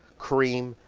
cream,